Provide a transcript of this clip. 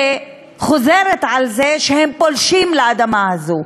וחוזרת על זה שהם פולשים לאדמה הזאת.